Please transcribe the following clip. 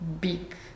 big